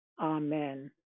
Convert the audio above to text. Amen